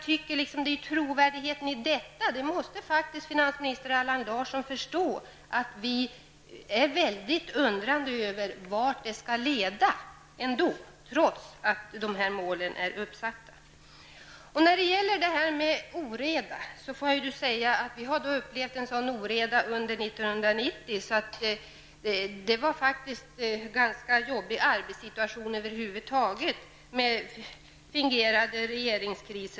Finansminister Allan Larsson måste faktiskt förstå att vi är väldigt undrande över vart det skall leda och hur man skall uppnå de uppsatta målen. Under 1990 upplevde vi en sådan oreda med fingerade regeringskriser och allt vad det var, att arbetssituationen blev mycket jobbig.